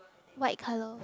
white color